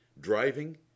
driving